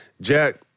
Jack